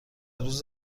روز